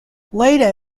later